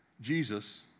Jesus